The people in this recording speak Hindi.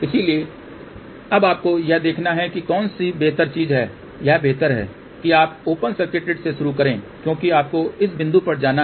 इसलिए अब आपको यह देखना है कि कौन सी बेहतर चीज है यह बेहतर है कि आप ओपन सर्किट से शुरू करें क्योंकि आपको इस बिंदु पर जाना है